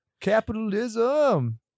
Capitalism